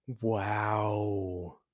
Wow